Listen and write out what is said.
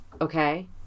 Okay